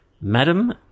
Madam